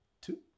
two